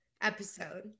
episode